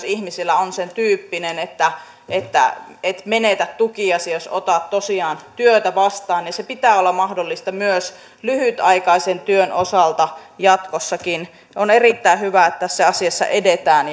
ihmisillä on oltava sentyyppinen että että et menetä tukiasi jos otat tosiaan työtä vastaan sen pitää olla mahdollista myös lyhtyaikaisen työn osalta jatkossakin on erittäin hyvä että tässä asiassa edetään